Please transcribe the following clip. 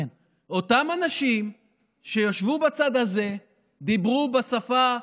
אותם אנשים ישבו בצד הזה ודיברו בשפה,